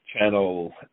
channel